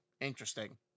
interesting